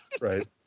Right